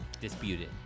Disputed